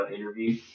interview